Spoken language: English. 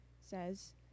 says